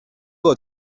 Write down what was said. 各种